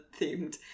themed